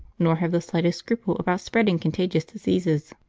nor have the slightest scruple about spreading contagious diseases.